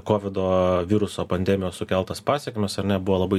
kovido viruso pandemijos sukeltas pasekmes ar ne buvo labai